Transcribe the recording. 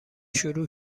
شروع